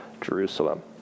Jerusalem